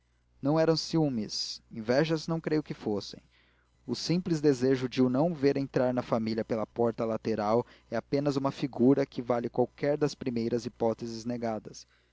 não eram ciúmes invejas não creio que fossem o simples desejo de o não ver entrar na família pela porta lateral é apenas uma figura que vale qualquer das primeiras hipóteses negadas